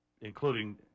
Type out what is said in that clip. including